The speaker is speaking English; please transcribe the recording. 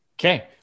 Okay